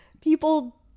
people